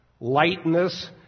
lightness